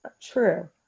true